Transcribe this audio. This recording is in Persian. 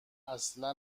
اصلا